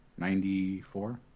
94